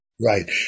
Right